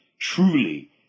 truly